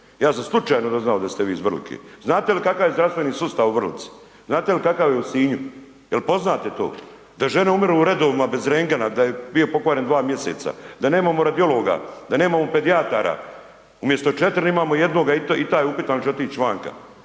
Ja sam slučajno doznao da ste vi iz Vrlike. Znate li kakav je zdravstveni sustav u Vrlici? Znate li kakav je u Sinju? Jel' poznate to da žene umiru u redovima bez rengena, da je bio pokvaren 2 mjeseca, da nemamo radiologa, da nemamo pedijatara? Umjesto 4 imamo jednoga i taj je upitan hoće li